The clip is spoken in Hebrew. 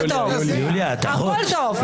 הכול טוב.